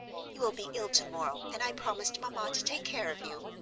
you will be ill tomorrow and i promised mamma to take care of you.